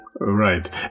Right